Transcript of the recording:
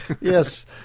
Yes